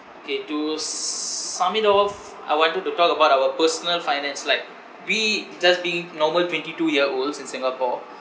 okay to s~ sum it off I wanted to talk about our personal finance like we just being normal twenty two year olds in singapore